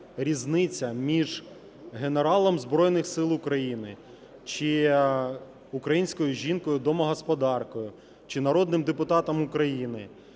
різниця між генералом Збройних Сил України чи українською жінкою-домогосподаркою, чи народним депутатом України,